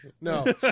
no